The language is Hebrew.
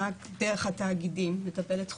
רק דרך התאגידים מטפלת חוקית,